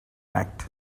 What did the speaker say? act